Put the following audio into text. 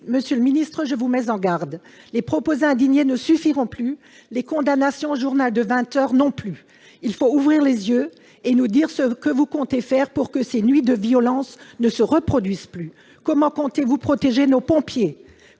Monsieur le ministre, je vous mets en garde : les propos indignés ne suffiront plus ! Les condamnations exprimées au journal de 20 heures ne suffiront pas davantage. Vous devez ouvrir les yeux et nous dire ce que vous comptez faire pour que ces nuits de violences ne se reproduisent plus. Comment comptez-vous protéger nos pompiers ?